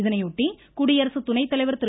இதனையொட்டி குடியரசு துணை தலைவர் திரு